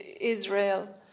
Israel